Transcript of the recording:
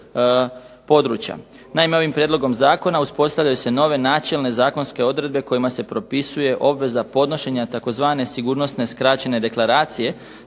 Naime, ovim prijedlogom zakona uspostavljaju se nove načelne zakonske odredbe kojima se propisuje obveza podnošenja tzv. sigurnosne skraćene deklaracije